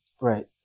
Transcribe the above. Right